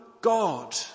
God